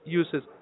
uses